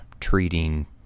treating